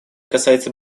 касается